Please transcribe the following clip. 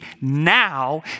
now